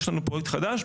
יש לנו פרויקט חדש,